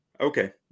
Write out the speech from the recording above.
Okay